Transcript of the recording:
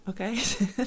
Okay